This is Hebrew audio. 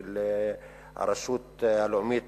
של הרשות הלאומית